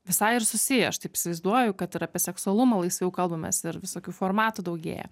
visai ir susiję aš taip įsivaizduoju kad ir apie seksualumą laisviau kalbamės ir visokių formatų daugėja